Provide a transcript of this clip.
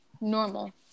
normal